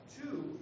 two